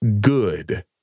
good